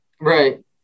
Right